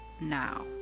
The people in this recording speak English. now